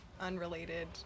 unrelated